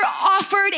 offered